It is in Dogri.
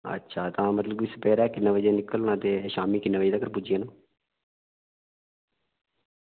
ते तां सबेरै किन्ने बजे निकलना ते शामीं किन्ने बजे तगर पुज्जना ते